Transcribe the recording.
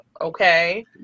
Okay